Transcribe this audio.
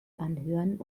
anhören